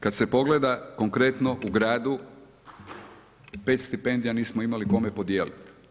Kada se pogleda konkretno u gradu 5 stipendija nismo imali kome podijeliti.